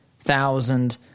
thousand